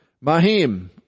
Mahim